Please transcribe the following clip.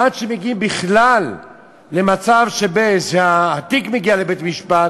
עד שמגיעים בכלל למצב שהתיק מגיע לבית-המשפט